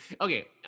Okay